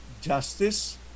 justice